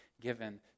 given